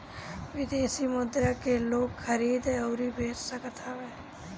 विदेशी मुद्रा के लोग खरीद अउरी बेच सकत हवे